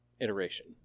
iteration